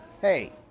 Hey